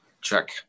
Check